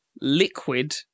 liquid